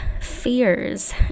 fears